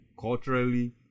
culturally